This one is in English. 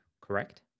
correct